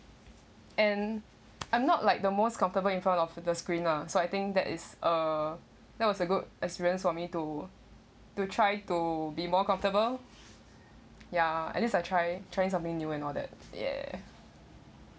and I'm not like the most comfortable in front of the screen lah so I think that is a that was a good experience for me to to try to be more comfortable ya at least I try trying something new and all that yeah